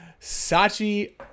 Sachi